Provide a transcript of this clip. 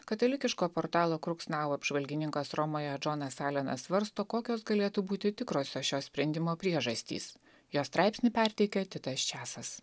katalikiško portalo kruksnau apžvalgininkas romoje džonas alenas svarsto kokios galėtų būti tikrosios šio sprendimo priežastys jo straipsnį perteikia titas česas